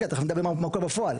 תכף נדבר על מה קורה בפועל.